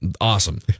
Awesome